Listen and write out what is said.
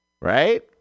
right